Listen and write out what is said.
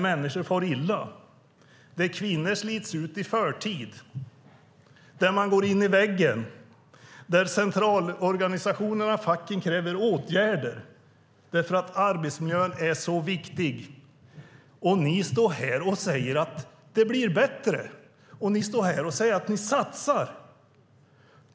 Människor far illa, kvinnor slits ut i förtid och man går in i väggen. Centralorganisationerna och facken kräver åtgärder eftersom arbetsmiljön är så viktig. Och ni står här och säger att det blir bättre! Ni står här och säger att ni satsar!